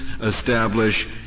establish